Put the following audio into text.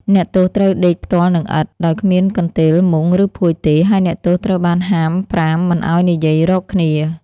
អ្នកទោសត្រូវដេកផ្ទាល់នឹងឥដ្ឋ ដោយគ្មានកន្ទេល មុង ឬភួយទេ ហើយអ្នកទោសត្រូវបានហាមប្រាមមិនឱ្យនិយាយ រកគ្នា ។